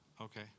Okay